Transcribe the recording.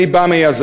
אני בא מהיזמות,